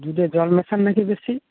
দুধে জল মেশান নাকি বেশি